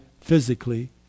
physically